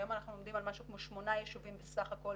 היום אנחנו עומדים על כשמונה ישובים בסך הכול